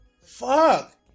Fuck